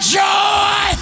joy